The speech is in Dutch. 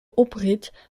oprit